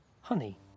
honey